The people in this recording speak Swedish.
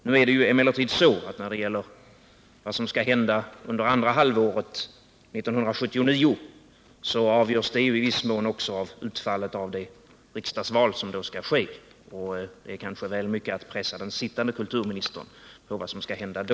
Nu är det emellertid så att vad som skall hända under andra halvåret 1979 ju i viss mån också avgörs av utfallet av det riksdagsval som då skall ske, och det är kanske väl mycket begärt att pressa den sittande kulturministern på vad som skall göras då.